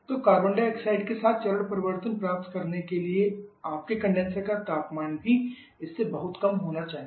तो carbon dioxide के साथ चरण परिवर्तन प्राप्त करने के लिए आपके कंडेनसर का तापमान भी इससे बहुत कम होना चाहिए